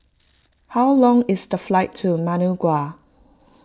how long is the flight to Managua